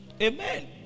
Amen